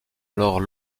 alors